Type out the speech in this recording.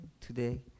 today